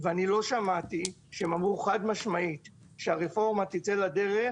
אני לא שמעתי שהם ענו חד משמעית שהרפורמה תצא לדרך